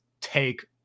take